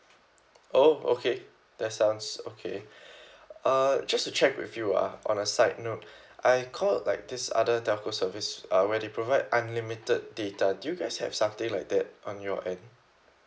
oh okay that sounds okay uh just to check with you ah on a side note I called like this other telco service uh where they provide unlimited data do you guys have something like that on your end